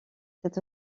cet